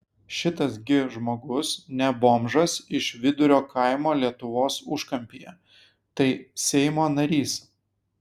šitas gi žmogus ne bomžas iš vidurio kaimo lietuvos užkampyje tai seimo narys